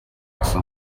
asa